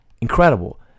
incredible